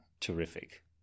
terrific